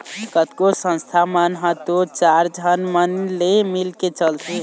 कतको संस्था मन ह तो चार झन मन ले मिलके चलथे